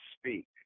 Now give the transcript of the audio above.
speak